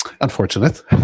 unfortunate